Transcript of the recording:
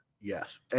Yes